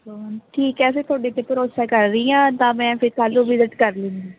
ਠੀਕ ਹੈ ਫਿਰ ਮੈਂ ਤੁਹਾਡੇ 'ਤੇ ਭਰੋਸਾ ਕਰ ਰਹੀ ਹਾਂ ਤਾਂ ਮੈਂ ਫਿਰ ਕੱਲ ਨੂੰ ਵਿਜਿਟ ਕਰਲੂੰਗੀ